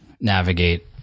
navigate